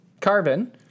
Carbon